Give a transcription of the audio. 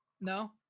No